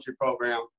Program